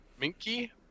Minky